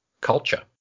culture